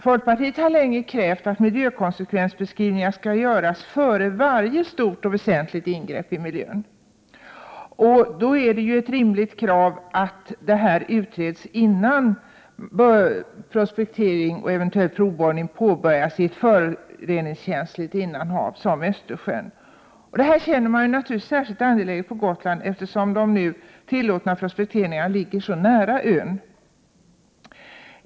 Folkpartiet har länge krävt att miljökonsekvensbeskrivningar skall göras före varje stort och väsentligt ingrepp i miljön. Det är då ett rimligt krav att miljökonsekvenserna utreds innan prospektering och eventuell provborrning påbörjas i ett föroreningskänsligt innanhav som Östersjön. Detta känner man naturligtvis särskilt angeläget på Gotland, eftersom de nu tillåtna prospekteringarna ligger så nära ön.